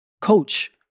coach